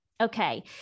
okay